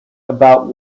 about